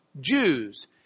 Jews